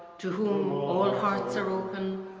to whom all hearts are open,